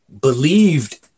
believed